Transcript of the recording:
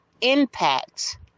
impact